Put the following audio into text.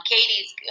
Katie's